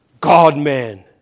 God-man